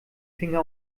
finger